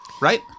Right